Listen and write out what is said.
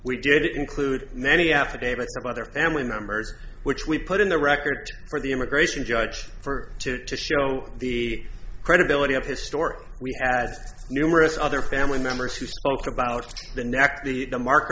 we did include many affidavits some other family members which we put in the record for the immigration judge for two to show the credibility of his story we had numerous other family members who spoke about the neck the mark